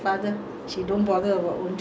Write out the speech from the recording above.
she will take care of him until he died